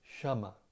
shama